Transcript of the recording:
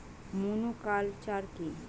Monoculture কি?